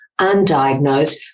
undiagnosed